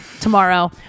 tomorrow